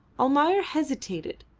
almayer hesitated,